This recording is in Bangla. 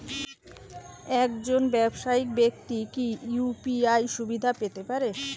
একজন ব্যাবসায়িক ব্যাক্তি কি ইউ.পি.আই সুবিধা পেতে পারে?